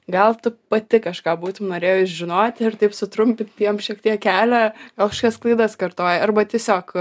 gal tu pati kažką būtum norėjus žinoti ir taip sutrumpint jiem šiek tiek kelią gal kažkokias klaidas kartojai arba tiesiog